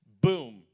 boom